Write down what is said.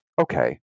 okay